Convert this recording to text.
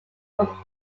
from